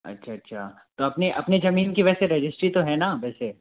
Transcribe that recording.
अच्छा अच्छा तो अपने अपने ज़मीन की वैसे रजिस्ट्री तो है ना वैसे